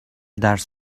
درس